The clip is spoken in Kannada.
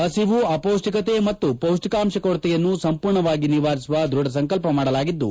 ಹಸಿವು ಅಪೌಷ್ಲಿಕತೆ ಮತ್ತು ಪೌಷ್ಲಿಕಾಂಶ ಕೊರತೆಯನ್ನು ಸಂಪೂರ್ಣವಾಗಿ ನಿವಾರಿಸುವ ದೃಢಸಂಕಲ್ಪ ಮಾಡಲಾಗಿದ್ಲು